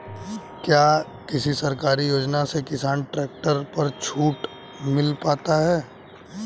क्या किसी सरकारी योजना से किसान ट्रैक्टर पर छूट पा सकता है?